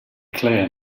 clear